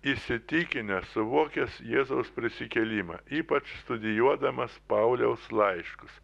įsitikinęs suvokęs jėzaus prisikėlimą ypač studijuodamas pauliaus laiškus